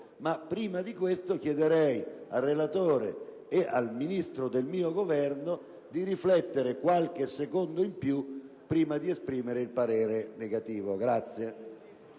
prima di questo chiederei al relatore e al Ministro del mio Governo di riflettere qualche secondo in più prima di esprimere un parere negativo su di